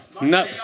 No